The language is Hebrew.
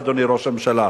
אדוני ראש הממשלה.